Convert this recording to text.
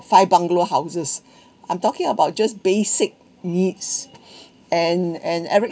five bungalow houses I'm talking about just basic needs and and every